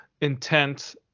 intent